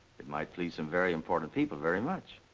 it might please some very important people very much.